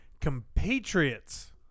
compatriots